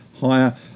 higher